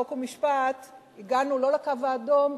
חוק ומשפט הגענו לא לקו האדום,